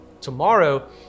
tomorrow